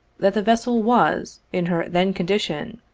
that the vessel was, in her then condition,